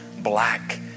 black